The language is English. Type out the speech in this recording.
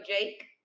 Jake